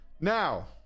Now